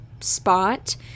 spot